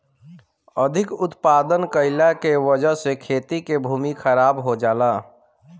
अधिक उत्पादन कइला के वजह से खेती के भूमि खराब हो जाला